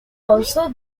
also